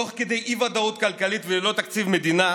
תוך כדי אי-ודאות כלכלית וללא תקציב מדינה,